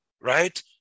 right